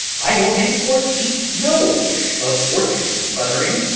i will henceforth eat no fish of fortune's butt'ring.